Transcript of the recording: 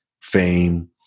fame